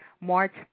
March